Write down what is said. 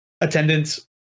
attendance